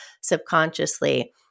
subconsciously